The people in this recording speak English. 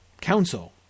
council